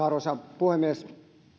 arvoisa puhemies